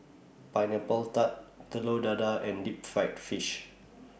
Pineapple Tart Telur Dadah and Deep Fried Fish